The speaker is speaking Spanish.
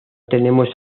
tenemos